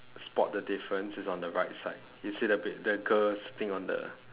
spot the difference is on the right side you see the pic~ that girl sitting on the